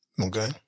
Okay